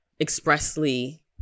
expressly